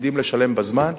מקפידים לשלם בזמן.